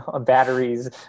batteries